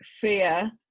fear